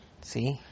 see